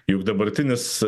juk dabartinis